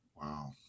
Wow